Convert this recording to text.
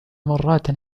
مرات